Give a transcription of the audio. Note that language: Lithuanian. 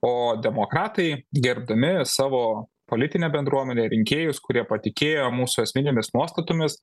o demokratai gerbdami savo politinę bendruomenę rinkėjus kurie patikėjo mūsų esminėmis nuostatomis